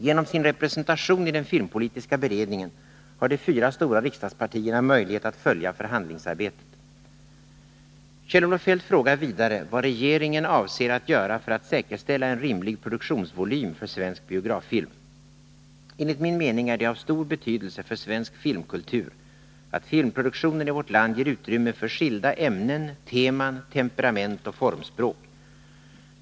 Genom sin representation i den filmpolitiska beredningen har de fyra stora riksdagspartierna möjlighet att följa förhandlingsarbetet. Kjell-Olof Feldt frågar vidare vad regeringen avser att göra för att säkerställa en rimlig produktionsvolym för svensk biograffilm. Enligt min mening är det av stor betydelse för svensk filmkultur att filmproduktionen i vårt land ger utrymme för skilda ämnen, teman, temperament och formspråk.